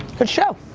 good show.